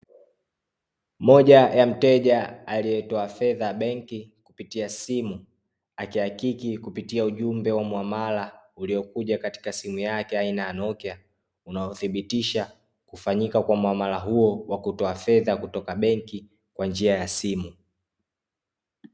Moja ya mteja alietoa fedha benki kupitia simu akihakiki kupitia ujumbe wa muhamala uliokuja katika simu yake aina ya nokia unaodhibitisha kufanyika kwa mwamala huo wa kutoa fedha kutoka benki kwa njia ya simu .